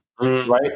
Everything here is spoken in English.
Right